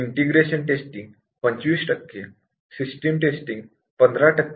integration testing 25 टक्के system test टक्के